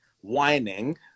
whining